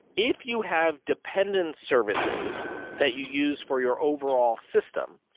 if you have dependent services that you use for your overall system,